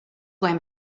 going